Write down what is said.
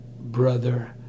brother